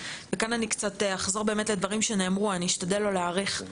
כאן אני אחזור קצת על דברים שנאמרו ואשתדל לא להאריך.